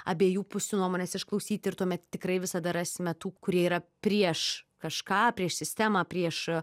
abiejų pusių nuomones išklausyti ir tuomet tikrai visada rasime tų kurie yra prieš kažką prieš sistemą prieš